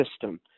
system